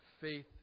faith